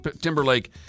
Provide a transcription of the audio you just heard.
Timberlake